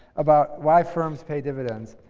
about why firms pay dividends.